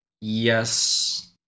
yes